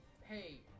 Hey